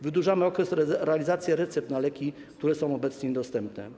Wydłużamy okres realizacji recept na leki, które są obecnie niedostępne.